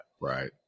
Right